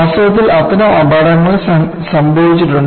വാസ്തവത്തിൽ അത്തരം അപകടങ്ങൾ സംഭവിച്ചിട്ടുണ്ട്